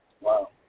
Wow